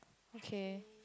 okay